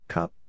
Cup